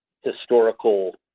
historical